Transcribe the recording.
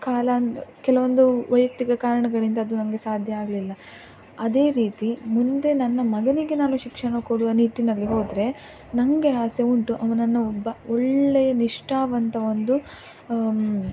ಕಾಲಾಂದ ಕೆಲವೊಂದು ವೈಯಕ್ತಿಕ ಕಾರಣಗಳಿಂದ ಅದು ನನಗೆ ಸಾಧ್ಯ ಆಗಲಿಲ್ಲ ಅದೇ ರೀತಿ ಮುಂದೆ ನನ್ನ ಮಗನಿಗೆ ನಾನು ಶಿಕ್ಷಣ ಕೊಡುವ ನಿಟ್ಟಿನಲ್ಲಿ ಹೋದರೆ ನನಗೆ ಆಸೆ ಉಂಟು ಅವನನ್ನು ಒಬ್ಬ ಒಳ್ಳೆಯ ನಿಷ್ಠಾವಂತ ಒಂದು